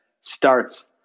starts